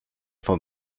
von